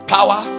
Power